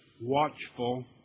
watchful